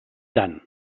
tant